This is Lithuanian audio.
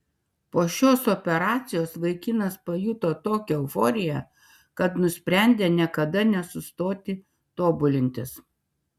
po šios operacijos vaikinas pajuto tokią euforiją kad nusprendė niekada nesustoti tobulintis